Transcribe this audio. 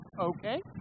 okay